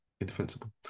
Indefensible